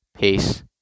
Peace